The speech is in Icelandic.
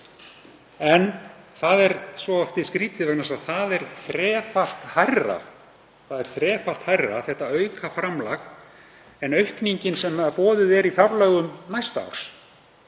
að það er þrefalt hærra, þetta aukaframlag, en aukningin sem boðuð er í fjárlögum næsta árs.